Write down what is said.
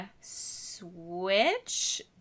Switch